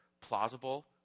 plausible